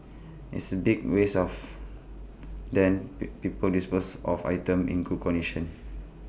it's A big waste of then be people dispose of items in good condition